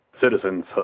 citizens